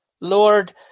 Lord